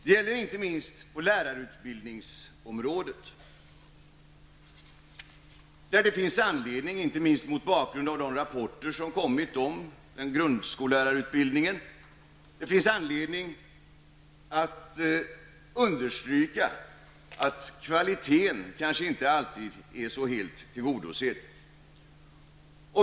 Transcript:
Det gäller inte minst på lärarutbildningsområdet där det finns anledning, inte minst mot bakgrund av de rapporter som har kommit om grundskollärarutbildningen. Det finns anledning att understryka att kvaliteten inte alltid är så helt tillgodosedd.